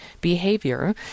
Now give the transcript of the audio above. behavior